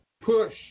push